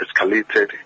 escalated